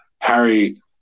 Harry